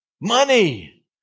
money